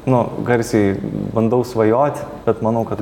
nu garsiai bandau svajot bet manau kad